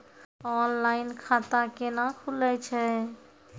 Online खाता केना खुलै छै?